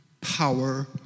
power